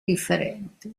differente